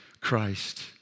Christ